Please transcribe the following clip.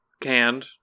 canned